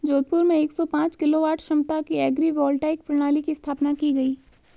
जोधपुर में एक सौ पांच किलोवाट क्षमता की एग्री वोल्टाइक प्रणाली की स्थापना की गयी